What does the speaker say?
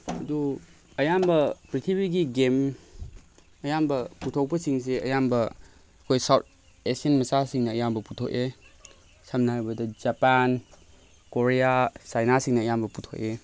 ꯑꯗꯨ ꯑꯌꯥꯝꯕ ꯄ꯭ꯔꯤꯊꯤꯕꯤꯒꯤ ꯒꯦꯝ ꯑꯌꯥꯝꯕ ꯄꯨꯊꯣꯛꯄꯁꯤꯡꯁꯤ ꯑꯌꯥꯝꯕ ꯑꯩꯈꯣꯏ ꯁꯥꯎꯠ ꯑꯦꯁꯤꯌꯥꯟ ꯃꯆꯥꯁꯤꯡꯅ ꯑꯌꯥꯝꯕ ꯄꯨꯊꯣꯛꯑꯦ ꯁꯝꯅ ꯍꯥꯏꯔꯕꯗ ꯖꯄꯥꯟ ꯀꯣꯔꯤꯌꯥ ꯆꯥꯏꯅꯥꯁꯤꯡꯅ ꯑꯌꯥꯝꯕ ꯄꯨꯊꯣꯛꯑꯦ